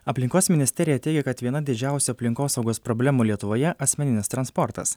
aplinkos ministerija teigia kad viena didžiausių aplinkosaugos problemų lietuvoje asmeninis transportas